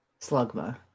Slugma